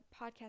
podcast